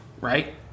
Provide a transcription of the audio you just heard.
right